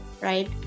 right